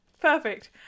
perfect